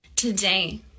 today